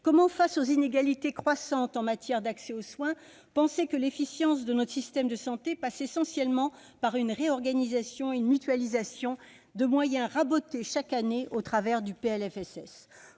de santé. Face aux inégalités croissantes en matière d'accès aux soins, comment penser que l'efficience de notre système de santé passe essentiellement par une réorganisation et une mutualisation de moyens rabotés, chaque année, dans le cadre